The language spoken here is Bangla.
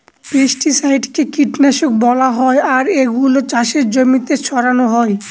পেস্টিসাইডকে কীটনাশক বলা হয় আর এগুলা চাষের জমিতে ছড়ানো হয়